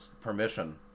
permission